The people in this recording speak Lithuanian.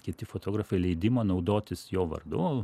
kiti fotografai leidimo naudotis jo vardu